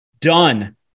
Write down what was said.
done